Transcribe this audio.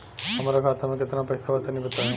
हमरा खाता मे केतना पईसा बा तनि बताईं?